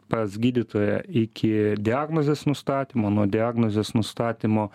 pas gydytoją iki diagnozės nustatymo nuo diagnozės nustatymo